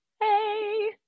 hey